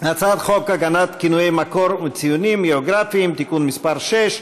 הצעת חוק הגנת כינויי מקור וציונים גיאוגרפיים (תיקון מס' 6),